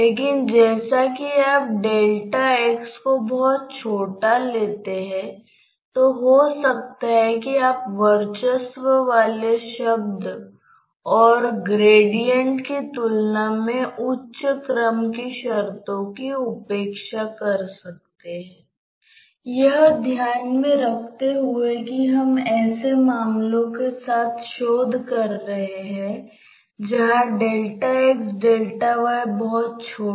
इसलिए जब हम कहते हैं कि x हो सकता है कि हम इसे सामान्यीकृत कहें u v x y और a x y